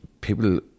People